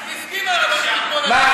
הסכימה הרבנות אתמול.